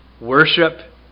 Worship